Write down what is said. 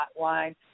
Hotline